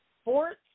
sports